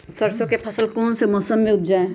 सरसों की फसल कौन से मौसम में उपजाए?